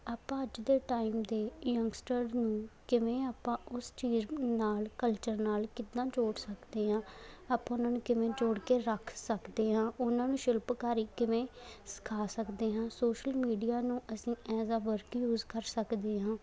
ਆਪਾਂ ਅੱਜ ਦੇ ਟਾਈਮ ਦੇ ਯੰਗਸਟਰ ਨੂੰ ਕਿਵੇਂ ਆਪਾਂ ਉਸ ਚੀਜ਼ ਨਾਲ ਕਲਚਰ ਨਾਲ ਕਿੱਦਾਂ ਜੋੜ ਸਕਦੇ ਹਾਂ ਆਪਾਂ ਉਹਨਾਂ ਨੂੰ ਕਿਵੇਂ ਜੋੜ ਕੇ ਰੱਖ ਸਕਦੇ ਹਾਂ ਉਹਨਾਂ ਨੂੰ ਸ਼ਿਲਪਕਾਰੀ ਕਿਵੇਂ ਸਿਖਾ ਸਕਦੇ ਹਾਂ ਸੋਸ਼ਲ ਮੀਡੀਆ ਨੂੰ ਅਸੀਂ ਐਜ਼ ਆ ਵਰਕ ਯੂਜ਼ ਕਰ ਸਕਦੇ ਹਾਂ